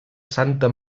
santa